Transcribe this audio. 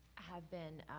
have been